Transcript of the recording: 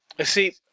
See